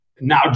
Now